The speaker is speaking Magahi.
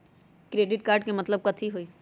क्रेडिट कार्ड के मतलब कथी होई?